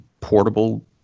portable